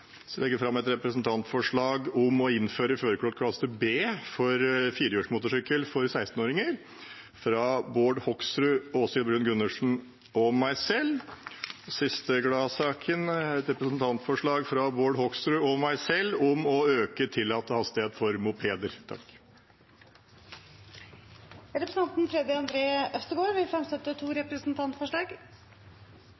Så vil jeg legge fram et representantforslag fra Bård Hoksrud, Åshild Bruun-Gundersen og meg selv om å innføre førerkort klasse B for firehjuls motorsykkel for 16-åringer. Den siste gladsaken er et representantforslag fra Bård Hoksrud og meg selv om å øke tillatt hastighet for mopeder. Representanten Freddy André Øvstegård vil fremsette to